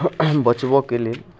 बचबऽके लेल